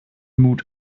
mut